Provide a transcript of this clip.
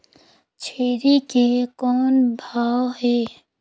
छेरी के कौन भाव हे?